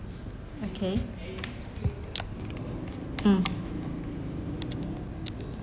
okay mm